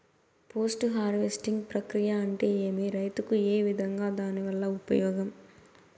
Post harvesting ప్రక్రియ అంటే ఏమి? రైతుకు ఏ విధంగా దాని వల్ల ఉపయోగం?